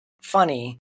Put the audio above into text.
funny